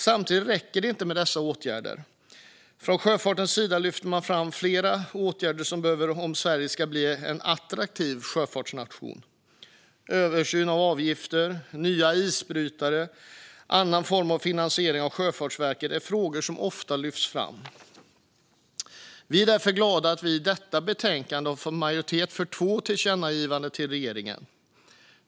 Samtidigt räcker det inte med dessa åtgärder. Från sjöfartens sida lyfter man fram flera åtgärder som behövs om Sverige ska bli en attraktiv sjöfartsnation. Översyn av avgifter, nya isbrytare och en annan form av finansiering av Sjöfartsverket är frågor som ofta lyfts fram. Vi är därför glada att vi i detta betänkande har fått majoritet för två tillkännagivanden till regeringen.